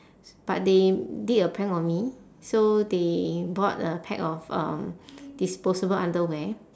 but they did a prank on me so they bought a pack of um disposable underwear